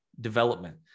development